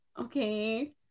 Okay